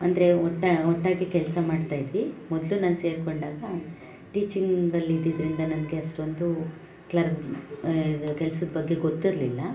ಅಂದರೆ ಒಟ್ಟು ಒಟ್ಟಾಗಿ ಕೆಲಸ ಮಾಡ್ತಾ ಇದ್ವಿ ಮೊದಲು ನಾನು ಸೇರಿಕೊಂಡಾಗ ಟೀಚಿಂಗಲ್ಲಿ ಇದ್ದಿದ್ದರಿಂದ ನನಗೆ ಅಷ್ಟೊಂದು ಕ್ಲರ್ಕ್ ಇದು ಕೆಲ್ಸದ ಬಗ್ಗೆ ಗೊತ್ತಿರಲಿಲ್ಲ